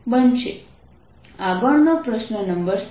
આગળનો પ્રશ્ન નંબર 7